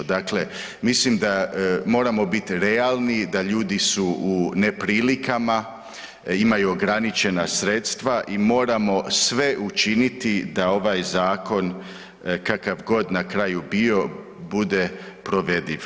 Dakle, mislim da moramo biti realni da ljudi su u neprilikama, imaju ograničena sredstva i moramo sve učiniti da ovaj zakon kakav god na kraju bio bude provediv.